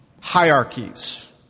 hierarchies